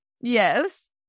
yes